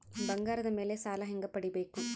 ಬಂಗಾರದ ಮೇಲೆ ಸಾಲ ಹೆಂಗ ಪಡಿಬೇಕು?